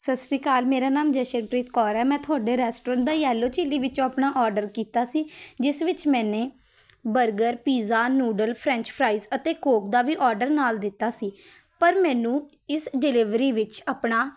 ਸਤਿ ਸ਼੍ਰੀ ਅਕਾਲ ਮੇਰਾ ਨਾਮ ਜਸ਼ਨਪ੍ਰੀਤ ਕੌਰ ਹੈ ਮੈਂ ਤੁਹਾਡੇ ਰੈਸਟੋਰੈਂਟ ਦਾ ਯੈਲੋ ਚੀਲੀ ਵਿੱਚੋਂ ਆਪਣਾ ਔਡਰ ਕੀਤਾ ਸੀ ਜਿਸ ਵਿੱਚ ਮੈਨੇ burger pizza noodle French fries ਅਤੇ ਕੋਕ ਦਾ ਵੀ ਔਡਰ ਨਾਲ਼ ਦਿੱਤਾ ਸੀ ਪਰ ਮੈਨੂੰ ਇਸ ਡਿਲੀਵਰੀ ਵਿੱਚ ਆਪਣਾ